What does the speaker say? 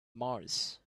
mars